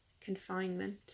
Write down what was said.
confinement